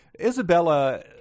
Isabella